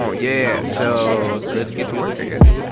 um yeah, so let's get to work, i guess.